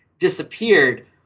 Disappeared